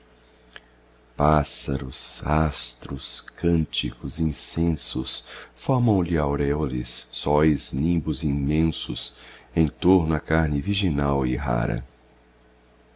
pássaros astros cânticos incensos formam lhe aureoles sóis nimbos imensos em torno a carne virginal e rara